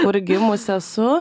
kur gimus esu